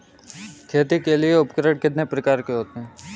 खेती के लिए उपकरण कितने प्रकार के होते हैं?